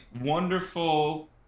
wonderful